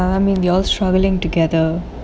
ya I mean we are struggling together